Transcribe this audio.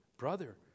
brother